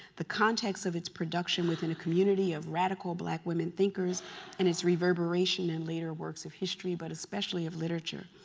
the context of its production within a community of radical black women thinkers and its reverberation in later works of history, but especially of literature.